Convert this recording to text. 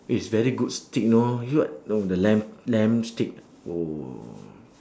is very good steak you know you eat what oh the lamb lamb steak oh